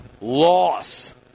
Loss